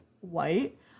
white